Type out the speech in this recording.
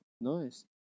Nice